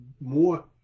more